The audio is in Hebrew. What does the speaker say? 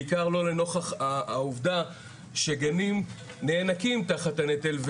בעיקר לא לנוכח העובדה שגנים נאנקים תחת הנטל,